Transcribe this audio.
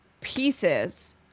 pieces